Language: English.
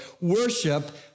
worship